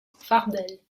fardel